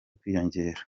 kwiyongera